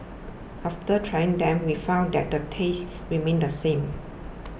after trying them we found that the taste remained the same